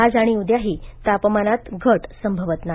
आज आणि उद्याही तापमानात घट संभवत नाही